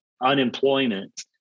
unemployment